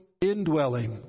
indwelling